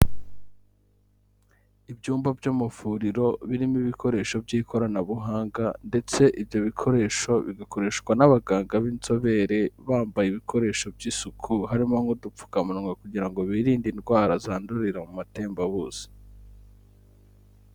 Ibyumba by'amavuriro birimo ibikoresho by'ikoranabuhanga ndetse ibyo bikoresho bigakoreshwa n'abaganga b'inzobere, bambaye ibikoresho by'isuku, harimo nk'udupfukamunwa kugira ngo birinde indwara zandurira mu matembabuzi.